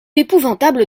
épouvantable